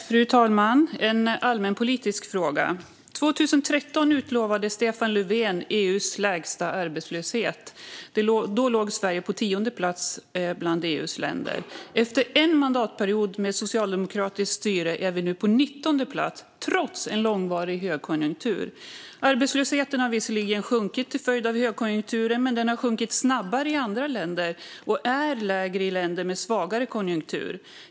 Fru talman! Jag har en allmänpolitisk fråga. År 2013 utlovade Stefan Löfven EU:s lägsta arbetslöshet. Då låg Sverige på tionde plats bland EU:s länder. Efter en mandatperiod med socialdemokratiskt styre är vi nu på nittonde plats, trots en långvarig högkonjunktur. Arbetslösheten har visserligen sjunkit till följd av högkonjunkturen, men den har sjunkit snabbare i andra länder och är lägre i länder med svagare konjunktur.